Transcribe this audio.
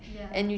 ya